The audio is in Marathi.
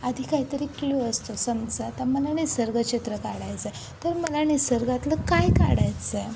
आधी काहीतरी क्लू असतो समजा आता मला निसर्गचित्र काढायचं आहे तर मला निसर्गातलं काय काढायचं आहे